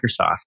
Microsoft